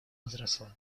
возросла